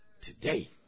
today